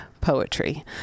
poetry